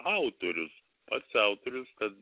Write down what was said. autorius pats autorius kad